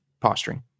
posturing